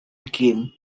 game